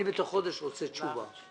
בתוך חודש אני רוצה תשובה.